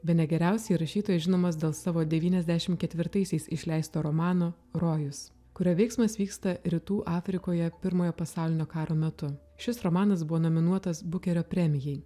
bene geriausiai rašytojas žinomas dėl savo devyniasdešim ketvirtaisiais išleisto romano rojus kurio veiksmas vyksta rytų afrikoje pirmojo pasaulinio karo metu šis romanas buvo nominuotas bukerio premijai